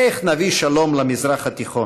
איך נביא שלום למזרח התיכון?